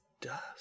dust